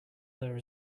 there